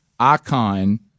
icon